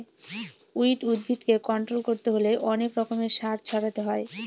weed উদ্ভিদকে control করতে হলে অনেক রকমের সার ছড়াতে হয়